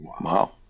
Wow